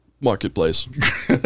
marketplace